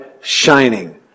shining